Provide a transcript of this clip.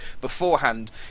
beforehand